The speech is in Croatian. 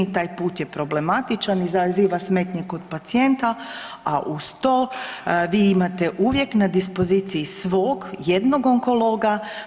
Taj put je problematičan, izaziva smetnje kod pacijenta, a uz to vi imate uvijek na dispoziciji svog jednog onkologa.